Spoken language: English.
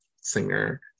singer